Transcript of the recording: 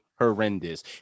Horrendous